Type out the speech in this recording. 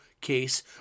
case